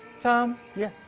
tom? yeah?